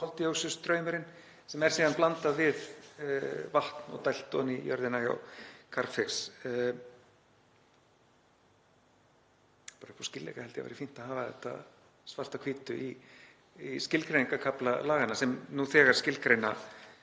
koldíoxíðstraumurinn sem er síðan blandað við vatn og dælt ofan í jörðina hjá Carbfix. Bara upp á skýrleika held ég að það væri fínt að hafa þetta svart á hvítu í skilgreiningarkafla laganna sem nú þegar skilgreinir